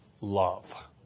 Love